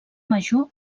major